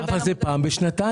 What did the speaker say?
אבל זה פעם בשנתיים.